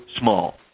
small